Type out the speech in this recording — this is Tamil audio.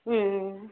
ம் ம்